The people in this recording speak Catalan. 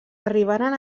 arribaren